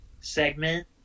segment